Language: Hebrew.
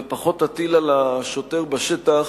ופחות תטיל על השוטר בשטח